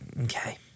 Okay